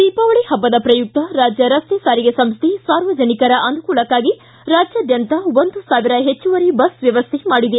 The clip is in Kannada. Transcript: ದೀಪಾವಳಿ ಹಬ್ಬದ ಪ್ರಯುಕ್ತ ರಾಜ್ಯ ರಸ್ತೆ ಸಾರಿಗೆ ಸಂಸ್ಹೆ ಸಾರ್ವಜನಿಕರ ಅನುಕೂಲಕ್ಕಾಗಿ ರಾಜ್ಯಾದ್ಯಂತ ಒಂದು ಸಾವಿರ ಹೆಚ್ಚುವರಿ ಬಸ್ ವ್ಕವಸ್ಠೆ ಮಾಡಿದೆ